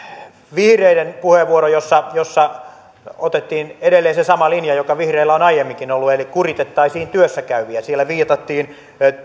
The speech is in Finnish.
vihreiden puheenvuorossa jossa jossa otettiin edelleen se sama linja joka vihreillä on aiemminkin ollut eli kuritettaisiin työssä käyviä viitattiin